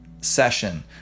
session